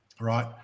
Right